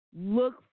look